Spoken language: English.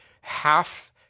half